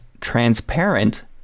transparent